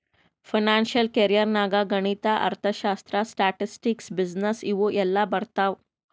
financial career ನಾಗ್ ಗಣಿತ, ಅರ್ಥಶಾಸ್ತ್ರ, ಸ್ಟ್ಯಾಟಿಸ್ಟಿಕ್ಸ್, ಬಿಸಿನ್ನೆಸ್ ಇವು ಎಲ್ಲಾ ಬರ್ತಾವ್